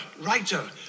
writer